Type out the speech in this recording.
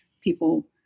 people